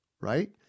right